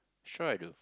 sure I do